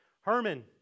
Herman